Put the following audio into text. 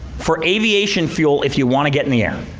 for aviation fuel if you want to get in the air.